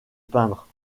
peindre